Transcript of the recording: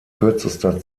kürzester